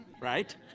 right